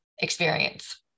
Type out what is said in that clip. experience